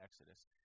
Exodus